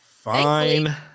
Fine